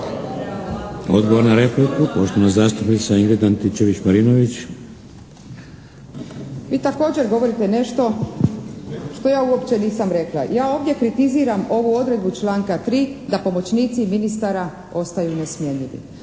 Odgovor na repliku, poštovana zastupnica Ingrid Antičević-Marinović. **Antičević Marinović, Ingrid (SDP)** Vi također govorite nešto što ja uopće nisam rekla. Ja ovdje preciziram ovu odredbu članka 3. da pomoćnici ministara ostaju nesmjenjivi.